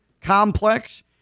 complex